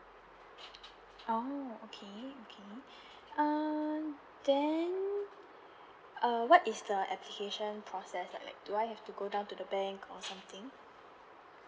oh okay okay uh then uh what is the application process like do I have to go down to the bank or something